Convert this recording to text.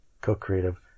co-creative